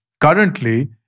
currently